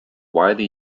widely